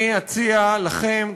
אני אציע לכם,